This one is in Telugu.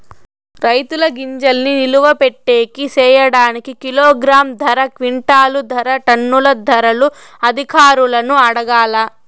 రైతుల గింజల్ని నిలువ పెట్టేకి సేయడానికి కిలోగ్రామ్ ధర, క్వింటాలు ధర, టన్నుల ధరలు అధికారులను అడగాలా?